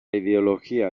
ideología